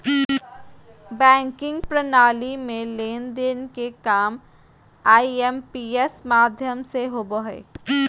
banking प्रणाली में लेन देन के काम आई.एम.पी.एस माध्यम से होबो हय